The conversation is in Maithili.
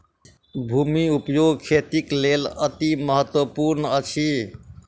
भूमि उपयोग खेतीक लेल अतिमहत्त्वपूर्ण अछि